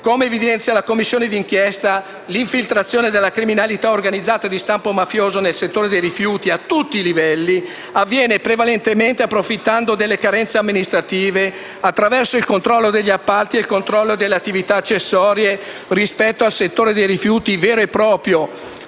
Come evidenziato dalla Commissione d'inchiesta, l'infiltrazione della criminalità organizzata di stampo mafioso nel settore dei rifiuti, a tutti i livelli, avviene prevalentemente approfittando delle carenze amministrative, attraverso il controllo degli appalti e delle attività accessorie al settore dei rifiuti vero e proprio,